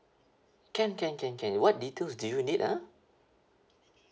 can can can can what details do you need ah